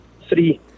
Three